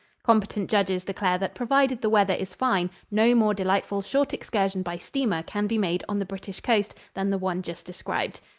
competent judges declare that provided the weather is fine no more delightful short excursion by steamer can be made on the british coast than the one just described.